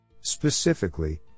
Specifically